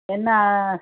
என்ன